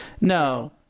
No